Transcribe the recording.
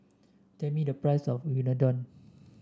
tell me the price of Unadon